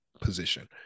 position